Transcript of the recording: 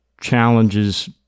challenges